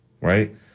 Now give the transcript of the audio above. right